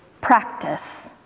practice